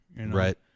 Right